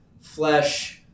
flesh